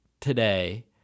today